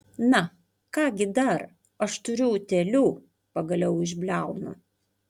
na ką gi dar aš turiu utėlių pagaliau išbliaunu